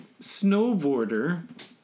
snowboarder